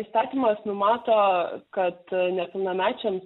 įstatymas numato kad nepilnamečiam